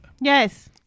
Yes